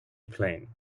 plane